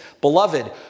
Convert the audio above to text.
Beloved